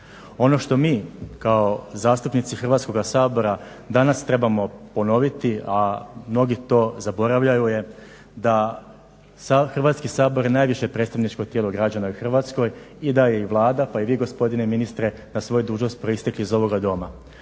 Ono što mi kao zastupnici Hrvatskoga sabora danas trebamo ponoviti, a mnogi to zaboravljaju je da je Hrvatski sabor najviše predstavničko tijelo građana u Hrvatskoj i da je i Vlada pa i vi gospodine ministre na svoje dužnosti proistekli iz ovoga Doma.